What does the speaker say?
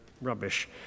rubbish